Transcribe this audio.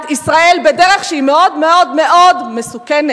ישראל בדרך שהיא מאוד מאוד מאוד מסוכנת.